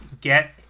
get